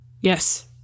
Yes